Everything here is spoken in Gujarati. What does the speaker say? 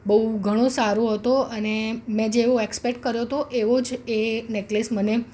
બહુ ઘણો સારો હતો અને મેં જેવો એક્સપેક્ટ કર્યો હતો એવો જ એ નેકલેસ મને